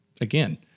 Again